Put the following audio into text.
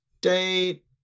date